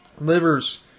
Livers